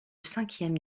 cinquième